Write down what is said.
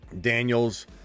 Daniels